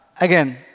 again